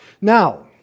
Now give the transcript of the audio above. Now